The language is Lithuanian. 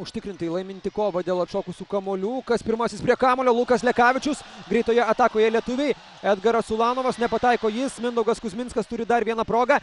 užtikrintai laiminti kovą dėl atšokusių kamuolių kas pirmasis prie kamuolio lukas lekavičius greitoje atakoje lietuviai edgaras ulanovas nepataiko jis mindaugas kuzminskas turi dar vieną progą